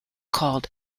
called